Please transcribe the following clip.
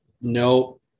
no